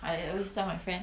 I always tell my friend